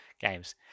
games